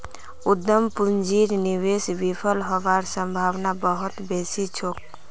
उद्यम पूंजीर निवेश विफल हबार सम्भावना बहुत बेसी छोक